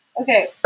Okay